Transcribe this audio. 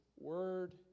word